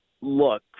look